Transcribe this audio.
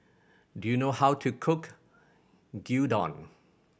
do you know how to cook Gyudon